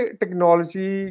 technology